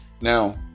now